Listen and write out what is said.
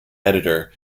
editor